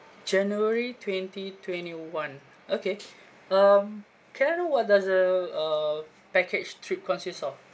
january twenty twenty one okay um can I know what does a uh package trip consists of